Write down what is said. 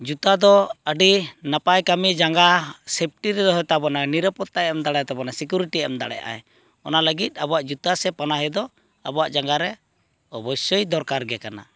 ᱡᱩᱛᱟᱹ ᱫᱚ ᱟᱹᱰᱤ ᱱᱟᱯᱟᱭ ᱠᱟᱹᱢᱤ ᱡᱟᱸᱜᱟ ᱥᱮᱯᱴᱤᱨᱮᱭ ᱫᱚᱦᱚᱭ ᱛᱟᱵᱚᱱᱟᱭ ᱱᱤᱨᱟᱯᱚᱛᱛᱟᱭ ᱮᱢ ᱫᱟᱲᱮᱭᱟᱛᱟᱵᱚᱱᱟᱭ ᱥᱤᱠᱩᱨᱤᱴᱤᱭ ᱮᱢ ᱫᱟᱲᱮᱭᱟᱜ ᱟᱭ ᱚᱱᱟ ᱞᱟᱹᱜᱤᱫ ᱟᱵᱚᱣᱟᱜ ᱡᱩᱛᱟᱹ ᱥᱮ ᱯᱟᱱᱟᱦᱤ ᱫᱚ ᱟᱵᱩᱣᱟᱜ ᱡᱟᱸᱜᱟ ᱨᱮ ᱚᱵᱚᱥᱥᱚᱭ ᱫᱚᱨᱠᱟᱨ ᱜᱮ ᱠᱟᱱᱟ